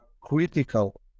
critical